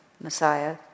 Messiah